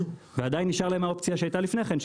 ועדיין נשארת להם האופציה שהייתה לפני כן,